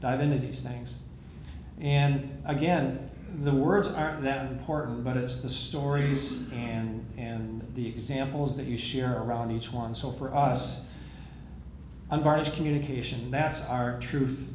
identities things and again the words aren't that important but it's the stories and and the examples that you share around each one so for us i'm part of communication that's our truth